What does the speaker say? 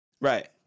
right